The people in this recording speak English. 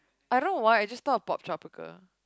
I don't know why I just thought of Poptropica